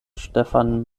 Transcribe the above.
stephan